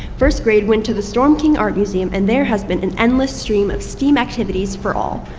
first grade went to the storm king art museum, and there has been an endless stream of steam activities for all.